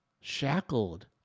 shackled